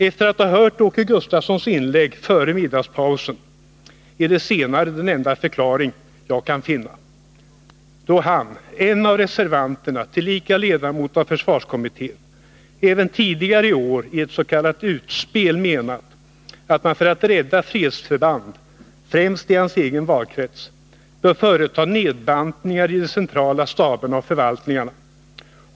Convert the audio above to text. Efter att ha hört Åke Gustavssons inlägg före middagspausen är det senare den enda förklaring jag kan finna, då han, en av reservanterna och tillika ledamot av försvarskommittén, även tidigare i år i ett s.k. utspel menat att man för att rädda fredsförband, främst i hans egen valkrets, bör företa nedbantningar i de centrala staberna och förvaltningarna.